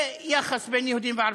ויחס בין יהודים וערבים.